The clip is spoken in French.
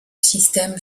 système